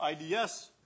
IDS